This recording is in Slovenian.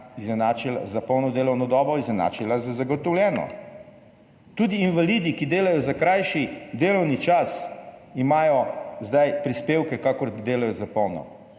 pokojnina za polno delovno dobo izenačila z zagotovljeno. Tudi invalidi, ki delajo za krajši delovni čas, imajo zdaj prispevke, kakor da delajo za polno.